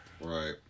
Right